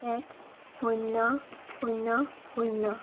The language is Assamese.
এক শূন্য শূন্য শূন্য